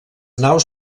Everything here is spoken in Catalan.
naus